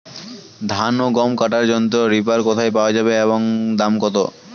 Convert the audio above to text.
ধান ও গম কাটার যন্ত্র রিপার কোথায় পাওয়া যাবে এবং দাম কত?